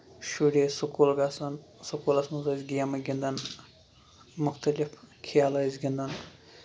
شُرۍ ٲسۍ سکوٗل گژھان سکوٗلَس منٛزٲسۍ گیمہٕ گندان مُختٔلِف کھیلہٕ ٲسۍ گندان